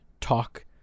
talk